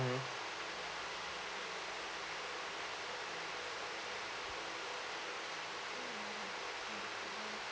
mmhmm